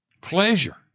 Pleasure